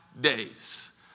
days